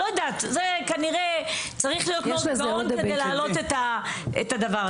לא יודעת זה כנראה צריך להיות מאוד גאון כדי לעלות את הדבר הזה.